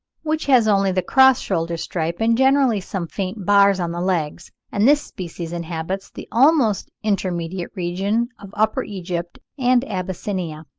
which has only the cross shoulder-stripe and generally some faint bars on the legs and this species inhabits the almost intermediate region of upper egypt and abyssinia.